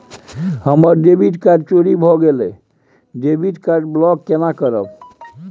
हमर debit card चोरी भगेलै डेबिट कार्ड ब्लॉक केना करब?